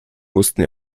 wussten